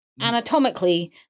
anatomically